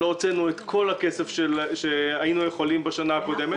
שלא הוצאנו את כל הכסף שהיינו יכולים בשנה הקודמת.